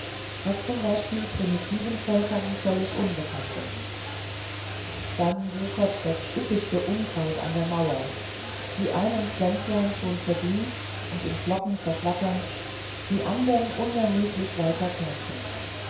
was zum beispiel primitiven völkern völlig unbekannt ist dann wuchert das üppigste unkraut an der mauer die einen pflänzlein schon verblüht und in flocken zerflatternd die anderen unermüdlich weiter knospend